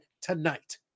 tonight